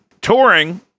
touring